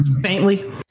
Faintly